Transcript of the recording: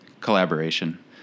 collaboration